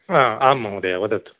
आम् आं महोदया वदतु